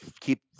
keep